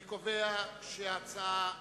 אני קובע שההצעה נתקבלה.